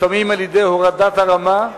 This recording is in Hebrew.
לפעמים על-ידי הורדת הרמה,